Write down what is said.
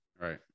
right